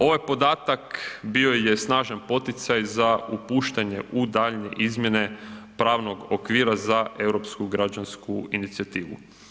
Ovaj podatak bio je snažan poticaj za upuštanje u daljnje izmjene pravnog okvira za Europsku građansku inicijativu.